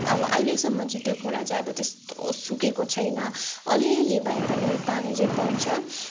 अब अहिलेसम्म चाहिँ त्यो खोला चाहिँ त्यस्तो सुकेको छैन अलिअलि भए पनि अब पानी चाहिँ पाउँछ